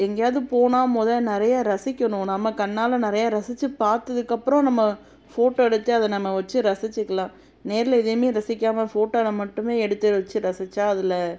எங்கேயாவது போனால் மொதல் நிறைய ரசிக்கணும் நம்ம கண்ணால் நிறையா ரசித்து பார்த்துக்கப்பறம் நம்ம ஃபோட்டோ எடுத்து அதை நம்ம வெச்சி ரசிச்சுக்கலாம் நேரில் எதையுமே ரசிக்காமல் ஃபோட்டோவில் மட்டுமே எடுத்து வெச்சி ரசித்தா அதில்